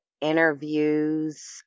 interviews